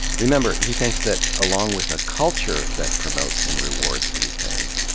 remember, he thinks that, along with a culture that promotes and rewards these things,